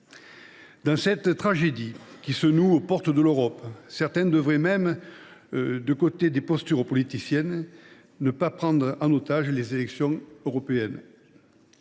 Dans cette tragédie qui se joue aux portes de l’Europe, certains seraient bien avisés de mettre de côté les postures politiciennes et de ne pas prendre en otage les élections européennes.